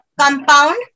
compound